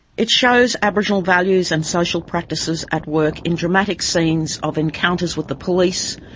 it shows aboriginal values and social practices at work in dramatic scenes of encounters with the police,